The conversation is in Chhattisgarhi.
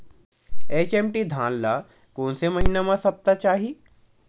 एच.एम.टी धान ल कोन से महिना म सप्ता चाही?